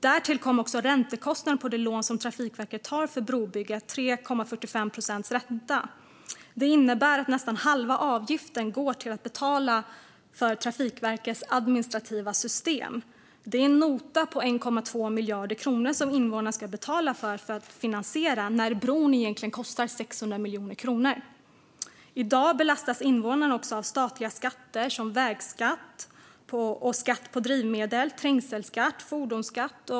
Därtill kommer också räntekostnaden på det lån som Trafikverket tar för brobygget, 3,45 procents ränta. Det innebär att nästan halva avgiften går till att betala för Trafikverkets administrativa system. Det är en nota på 1,2 miljarder kronor som invånarna ska betala för att finansiera när bron egentligen kostar 600 miljoner kronor. I dag belastas invånarna också av statliga skatter som vägskatt, skatt på drivmedel, trängselskatt och fordonskatt.